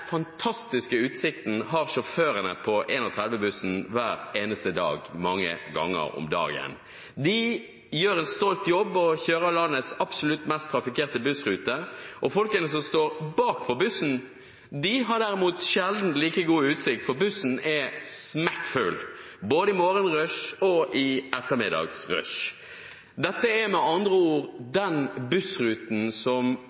fantastiske utsikten har sjåførene på 31-bussen hver eneste dag, mange ganger om dagen. De gjør en stolt jobb og kjører landets absolutt mest trafikkerte bussrute. Folkene som står bak i bussen, har derimot sjelden like god utsikt, for bussen er smekkfull både i morgenrushet og i ettermiddagsrushet. Dette er med andre ord den bussruten som